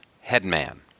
Headman